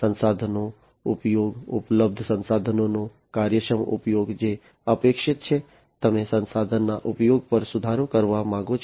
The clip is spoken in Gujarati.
સંસાધનનો ઉપયોગ ઉપલબ્ધ સંસાધનોનો કાર્યક્ષમ ઉપયોગ જે અપેક્ષિત છે તમે સંસાધનના ઉપયોગ પર સુધારો કરવા માંગો છો